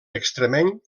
extremeny